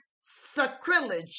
sacrilege